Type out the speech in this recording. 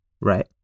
Right